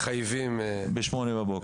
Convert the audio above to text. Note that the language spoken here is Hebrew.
שמחייבים אותנו להגיע בשעה 08:00 בבוקר.